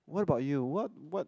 what about you what what